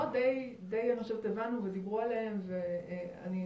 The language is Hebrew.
הנושא הביומטרי הוא אחד הנושאים